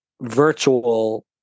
virtual